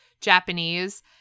Japanese